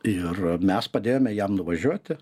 ir mes padėjome jam nuvažiuoti